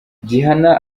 gihana